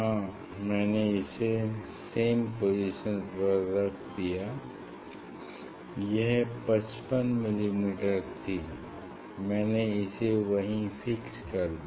हाँ मैंने इसे सेम पोजीशन पर रख दिया यह 55 मिलीमीटर थी मैंने इसे वहीं फिक्स कर दिया